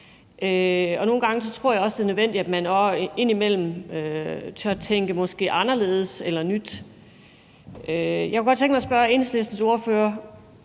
og nogle gange tror jeg også, det er nødvendigt, at man tør tænke anderledes eller nyt. Jeg kunne godt tænke mig at spørge Enhedslistens ordfører,